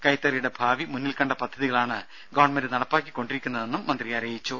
കൈത്തറിയുടെ ഭാവി മുന്നിൽകണ്ട പദ്ധതികളാണ് ഗവൺമെന്റ് നടപ്പാക്കി കൊണ്ടിരിക്കുന്നതെന്നും മന്ത്രി പറഞ്ഞു